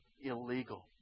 illegal